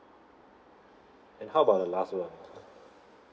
and how about the last one